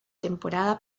temporada